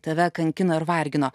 tave kankino ir vargino